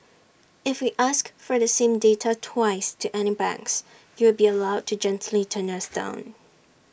if we ask for the same data twice to any banks you will be allowed to gently turn us down